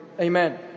Amen